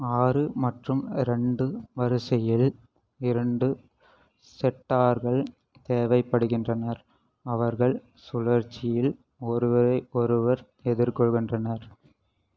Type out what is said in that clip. ஆறு மற்றும் ரெண்டு வரிசையில் இரண்டு செட்டார்கள் தேவைப்படுகின்றனர் அவர்கள் சுழற்சியில் ஒருவரை ஒருவர் எதிர்கொள்கின்றனர்